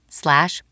slash